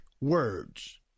words